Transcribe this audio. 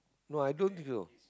no i don't think so